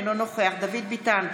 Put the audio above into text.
אינו נוכח דוד ביטן,